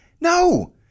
No